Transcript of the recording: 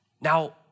Now